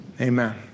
amen